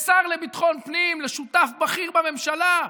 לשר לביטחון פנים, לשותף בכיר בממשלה?